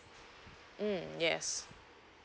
mm yes